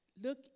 Look